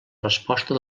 resposta